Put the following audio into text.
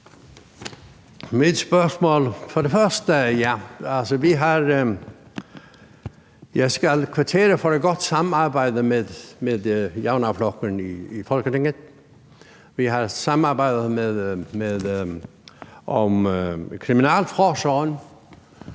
mit spørgsmål vil jeg for det første vil kvittere for et godt samarbejde med Javnaðarflokkurin i Folketinget. Vi har samarbejdet om kriminalforsorgen.